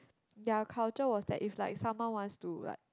their culture was that if like someone wants to like